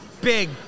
big